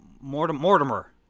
Mortimer